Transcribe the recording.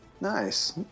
Nice